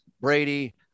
Brady